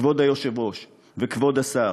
כבוד היושב-ראש וכבוד השר,